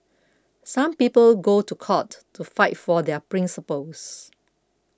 some people go to court to fight for their principles